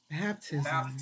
Baptism